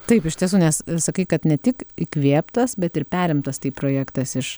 taip iš tiesų nes sakai kad ne tik įkvėptas bet ir perimtas tai projektas iš